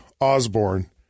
Osborne